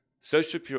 social